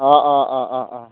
অঁ অঁ অঁ অঁ অঁ